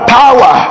power